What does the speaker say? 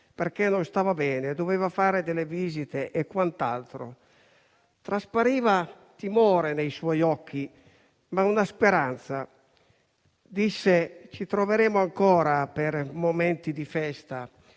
perché non stava bene e doveva fare delle visite. Traspariva timore dai suoi occhi, ma anche una speranza. Disse: ci troveremo ancora per momenti di festa.